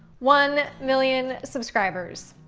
one million subscribers.